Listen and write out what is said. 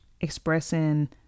expressing